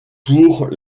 pour